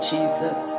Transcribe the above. Jesus